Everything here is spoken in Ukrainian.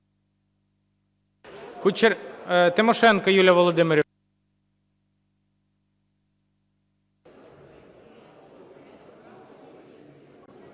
Тимошенко Юлія Володимирівна.